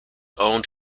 owned